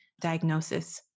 diagnosis